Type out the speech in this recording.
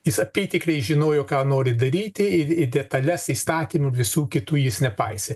jis apytikriai žinojo ką nori daryti ir į detales įstatymų visų kitų jis nepaisė